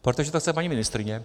Protože to chce paní ministryně.